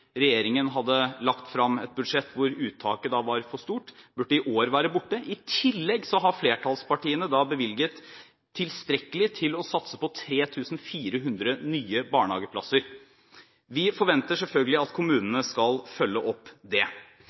regjeringen hadde lagt frem et budsjett hvor uttaket var for stort, være borte i år. I tillegg har flertallspartiene bevilget tilstrekkelig til å satse på 3 400 nye barnehageplasser. Vi forventer selvfølgelig at kommunene skal følge opp dette. Til sammen er det